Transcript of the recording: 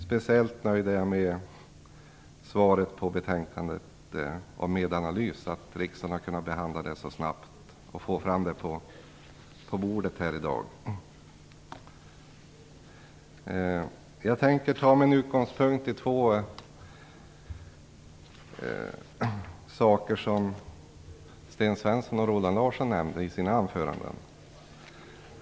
Speciellt nöjd är jag med betänkandet när det gäller Medanalys och att hanteringen har kunnat gå så snabbt att vi i dag kan behandla ärendet. Jag tar min utgångspunkt i två saker som Sten Svensson och Roland Larsson nämnde i sina anföranden.